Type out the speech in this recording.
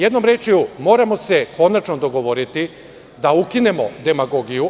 Jednom rečju, moramo se konačno dogovoriti da ukinemo demagogiju.